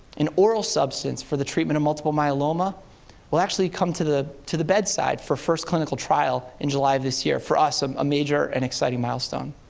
an oral substance for the treatment of multiple myeloma will actually come to the to the bedside for the first clinical trial in july of this year for us, um a major and exciting milestone.